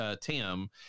Tim